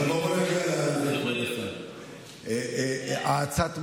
אבל בוא נגיע, האצת מכרזים.